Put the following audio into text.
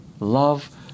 Love